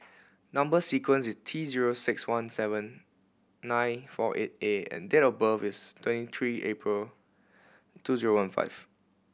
number sequence is T zero six one seven nine four eight A and date of birth is twenty three April two zero one five